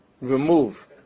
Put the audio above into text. remove